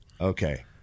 okay